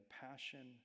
passion